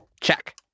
Check